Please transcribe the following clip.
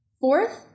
Fourth